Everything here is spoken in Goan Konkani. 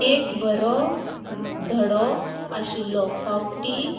एक बरो धडो आशिल्लो फावटी